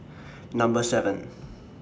Number seven